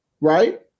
right